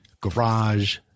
garage